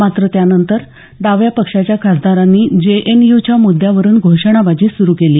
मात्र त्यानंतर डाव्या पक्षाच्या खासदारांनी जेएनयूच्या म्द्यावरून घोषणाबाजी सुरू केली